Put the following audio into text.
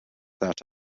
that